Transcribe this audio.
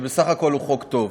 שבסך הכול הוא חוק טוב.